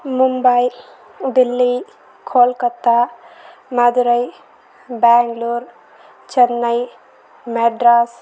Mumbai Delhi Kolkata Madurai Bangalore Chennai Madras